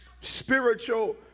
Spiritual